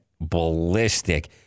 ballistic